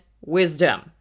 wisdom